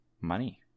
money